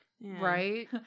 Right